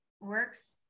works